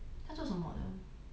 他做什么的